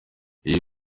iyi